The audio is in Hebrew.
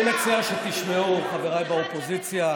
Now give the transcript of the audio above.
אני מציע שתשמעו, חבריי באופוזיציה.